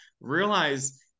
realize